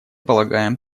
полагаем